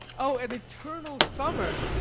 oh, an eternal summer!